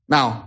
Now